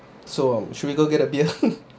so um should we go get a beer